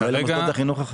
כמעט 300 מיליון.